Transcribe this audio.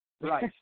Right